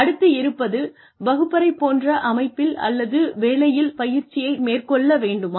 அடுத்து இருப்பது வகுப்பறை போன்ற அமைப்பில் அல்லது வேலையில் பயிற்சியை மேற்கொள்ள வேண்டுமா